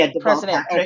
President